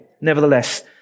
Nevertheless